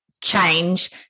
change